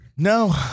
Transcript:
No